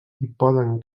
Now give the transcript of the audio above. poden